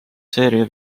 seeria